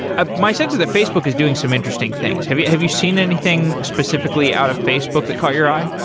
ah my sense is that facebook is doing some interesting things. have you have you seen anything specifically out of facebook that caught your eye?